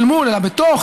ולא אל מול אלא בתוך,